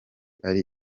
ari